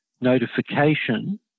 notification